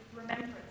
remembrance